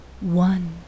One